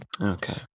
Okay